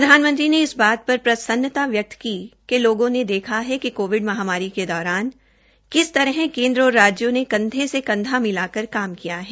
प्रधानमंत्री ने इस बात पर प्रसन्नता व्यक्त की कि लोगों ने देखा है कि कोविड महांमारी के दौरान किस तरह केन्द्र और राज्यों ने कंधे से कंधा मिलाकर काम किया है